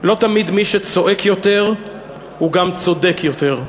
לא תמיד מי שצועק יותר הוא גם צודק יותר.